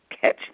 catch